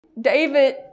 David